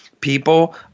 people